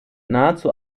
nahezu